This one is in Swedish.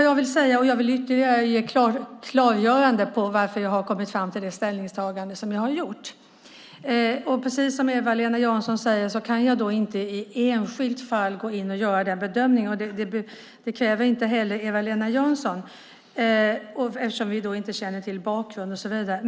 Jag vill ge ytterligare klargöranden för varför jag har kommit fram till det ställningstagande som jag har gjort. Precis som Eva-Lena Jansson säger kan jag inte i ett enskilt fall gå in och göra en bedömning, och det kräver hon inte heller. Vi känner ju inte till bakgrund och så vidare.